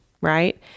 Right